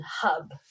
hub